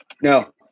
No